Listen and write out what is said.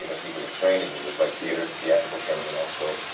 you know speaking of training, it was like theatrical theatrical training and also,